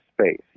space